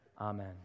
amen